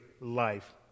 life